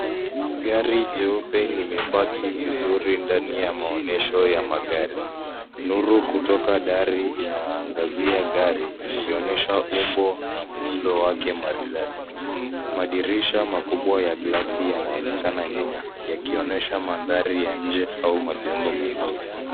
Gari nyeupe limepaki vizuri ndani ya maonyesho ya magari. Nuru kutoka dari inaangazia gari ikionyesha umbo na muundo wake maridadi. Madirisha makubwa ya glasi yanaonekana nyuma yakionesha mandhari ya nje au majengo mengine.